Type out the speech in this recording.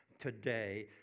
today